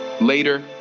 Later